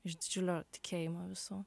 iš didžiulio tikėjimo visų